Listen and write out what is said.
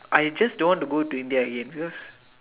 I just don't want to go to India again because